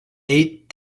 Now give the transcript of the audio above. eight